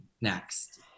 next